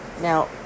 Now